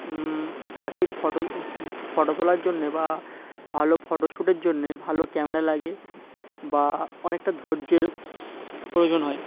পাখির photo photo তোলার জন্যে বা ভালো ফটো শ্যুটের জন্যে ভালো ক্যামেরা লাগে বা অনেকটা ধৈর্যের প্রয়োজন হয়